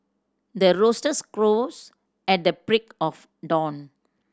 the roosters crows at the break of dawn